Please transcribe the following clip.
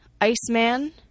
Iceman